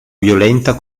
violenta